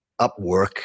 Upwork